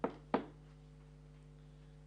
הישיבה